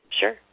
Sure